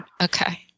Okay